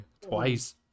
Twice